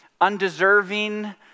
undeserving